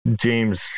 James